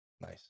Nice